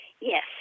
Yes